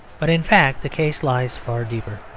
but in fact the case lies far deeper.